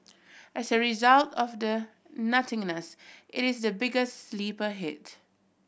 as a result of the nothingness it is the biggest sleeper hit